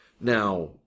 Now